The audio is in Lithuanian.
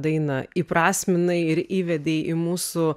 dainą įprasminai ir įvedei į mūsų